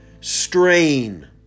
strain